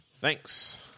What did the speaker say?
Thanks